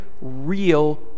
real